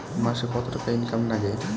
মাসে কত টাকা ইনকাম নাগে?